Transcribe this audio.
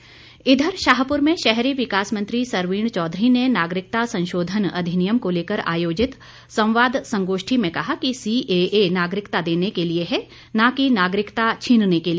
सरवीण चौधरी इधर शाहपुर में शहरी विकास मंत्री सरवीण चौधरी ने नागरिकता संशोधन अधिनियम को लेकर आयोजित संवाद संगोष्ठी में कहा कि सीएए नागरिकता देने के लिए है न की नागरिकता छीनने के लिए